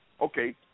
okay